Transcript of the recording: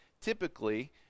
typically